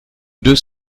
deux